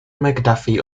mcduffie